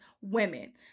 women